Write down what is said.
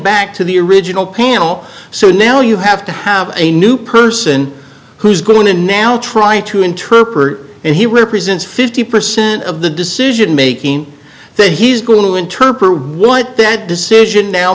back to the original panel so now you have to have a new person who's going to now try to interpret and he represents fifty percent of the decision making that he's going to interpret what that decision now